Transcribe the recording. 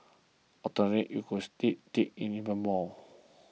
alternatively it could just dig dig in even more